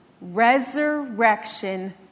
resurrection